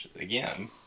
again